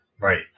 Right